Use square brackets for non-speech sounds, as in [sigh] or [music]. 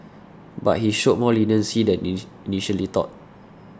but he showed more leniency than [unintelligible] initially thought